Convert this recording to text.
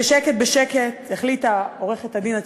בשקט בשקט החליטה עורכת-הדין הצעירה,